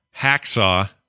hacksaw